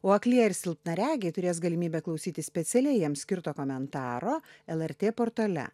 o aklieji ir silpnaregiai turės galimybę klausyti specialiai jiems skirto komentaro lrt portale